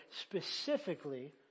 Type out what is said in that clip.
Specifically